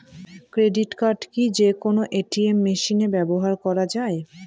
Credit card কি যে কোনো এ.টি.এম মেশিনে ব্যবহার করা য়ায়?